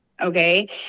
okay